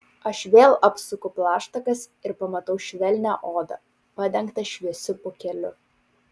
aš vėl apsuku plaštakas ir pamatau švelnią odą padengtą šviesiu pūkeliu